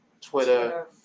twitter